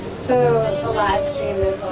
so the live stream